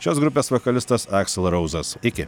šios grupės vokalistas aksel rauzas iki